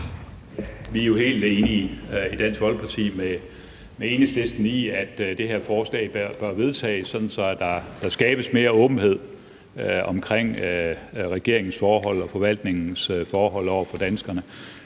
Vi er jo helt enige i Dansk Folkeparti med Enhedslisten i, at det her forslag bør vedtages, sådan at der skabes mere åbenhed omkring regeringens forhold og forvaltningens forhold for danskerne.